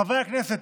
חברי הכנסת,